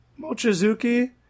Mochizuki